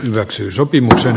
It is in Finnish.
hyväksy sopimusta